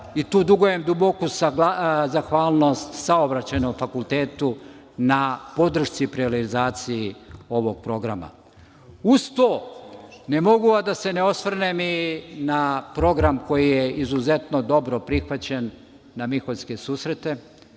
Tu dugujem duboku zahvalnost Saobraćajnom fakultetu na podršci pri realizaciji ovog programa. Uz to ne mogu a da se ne svrnem i na program koji je izuzetno dobro prihvaćen, na Miholjske susrete